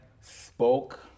spoke